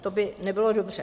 To by nebylo dobře.